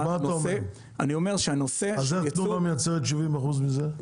אז איך תנובה מייצרת 70% מזה?